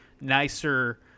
nicer